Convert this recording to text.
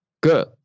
Good